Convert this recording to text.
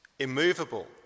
immovable